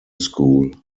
school